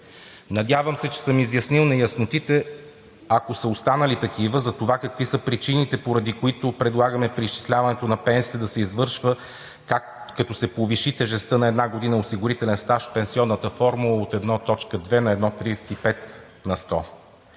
Надявам се, че съм изяснил неяснотите, ако са останали такива, за това какви са причините, поради които предлагаме преизчисляването на пенсиите да се извършва, като се повиши тежестта на една година осигурителен стаж в пенсионната формула от 1,2 на 1,35 на сто.